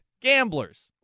Gamblers